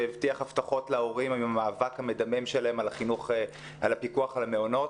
והבטיח הבטחות להורים עם המאבק המדמם שלהם על הפיקוח על המעונות.